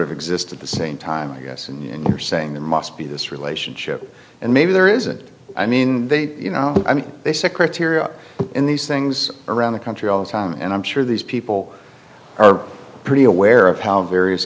of exist at the same time i guess and you're saying there must be this relationship and maybe there isn't i mean they you know i mean they secretariat in these things around the country all the time and i'm sure these people are pretty aware of how various